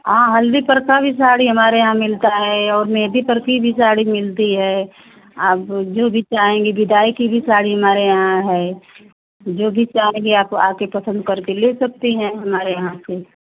हाँ हल्दी पर का भी साड़ी हमारे यहाँ मिलता है और मेहँदी पर की भी साड़ी मिलती है आप जो भी चाहेंगी बिदाई की भी साड़ी हमारे यहाँ है जो भी चाहेंगी आप आकर पसंद करके ले सकती हैं हमारे यहाँ से